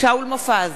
שאול מופז,